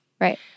right